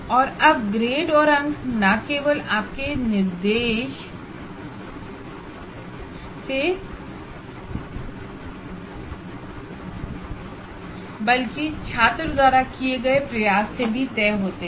और अब ग्रेड और मार्क्स न केवल आपके इंस्ट्रक्शन से बल्कि छात्र द्वारा किए गए प्रयास से भी तय होते हैं